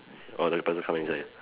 orh the person come inside